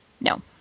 no